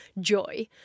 joy